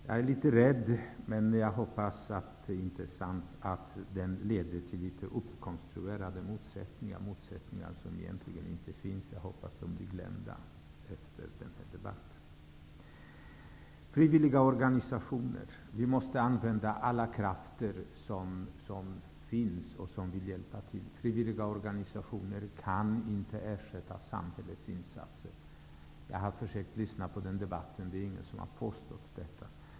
Jag är litet rädd för att det leder till litet konstruerade motsättningar, men jag hoppas att det inte blir så. Dessa motsättningar finns egentligen inte, och jag hoppas att de blir glömda efter den här debatten. Vi måste använda alla krafter som finns och som vill hjälpa till. Frivilliga organisationer kan inte ersätta samhällets insatser. Jag har försökt att lyssna på debatten, och det är ingen som har påstått detta.